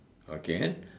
okay